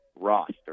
roster